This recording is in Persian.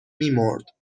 میمرد